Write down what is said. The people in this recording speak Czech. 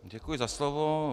Děkuji za slovo.